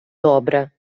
добре